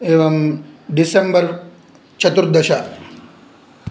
एवं डिसेम्बर् चतुर्दश